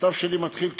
המכתב שלי מתחיל קשה: